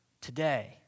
today